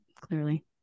clearly